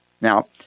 Now